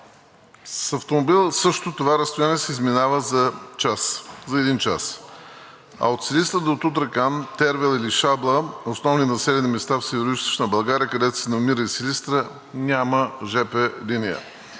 с автомобил същото това разстояние се изминава за един час, а от Силистра до Тутракан, Тервел или Шабла – основни населени места в Североизточна България, където се намира и Силистра, няма жп линия.